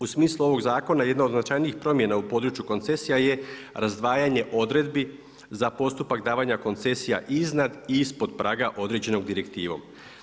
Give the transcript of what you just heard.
U smislu ovog zakona jedna od značajnih promjena u području koncesija je razdvajanje odredbi za postupak davanja koncesija iznad i ispod praga određenog direktivom.